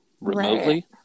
remotely